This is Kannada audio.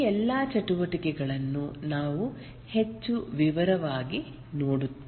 ಈ ಎಲ್ಲಾ ಚಟುವಟಿಕೆಗಳನ್ನು ನಾವು ಹೆಚ್ಚು ವಿವರವಾಗಿ ನೋಡುತ್ತೇವೆ